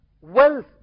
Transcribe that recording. Wealth